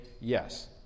yes